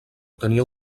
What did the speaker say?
tenia